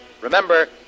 Remember